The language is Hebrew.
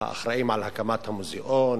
האחראים להקמת המוזיאון,